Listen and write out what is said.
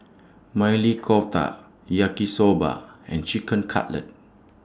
Maili Kofta Yaki Soba and Chicken Cutlet